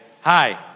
hi